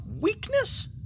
weakness